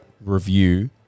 review